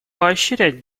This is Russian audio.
поощрять